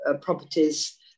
properties